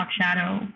shadow